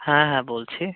হ্যাঁ হ্যাঁ বলছি